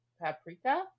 paprika